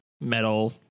metal